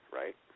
right